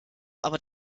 aber